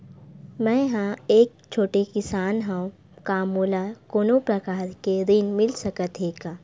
मै ह एक छोटे किसान हंव का मोला कोनो प्रकार के ऋण मिल सकत हे का?